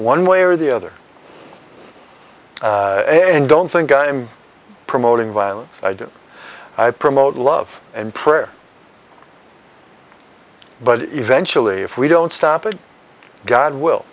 one way or the other and don't think i am promoting violence i do i promote love and prayer but eventually if we don't stop it god will